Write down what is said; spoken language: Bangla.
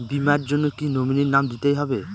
বীমার জন্য কি নমিনীর নাম দিতেই হবে?